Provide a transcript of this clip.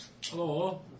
Hello